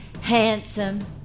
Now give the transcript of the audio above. handsome